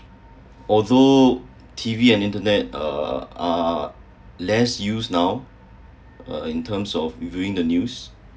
although T_V and internet uh are less used now uh in terms of doing the news